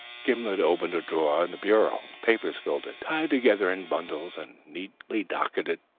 gimblet opened a drawer in the bureau. papers filled it, tied together in bundles and neatly docketed.